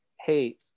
hey